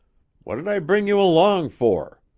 what'd i bring you along for?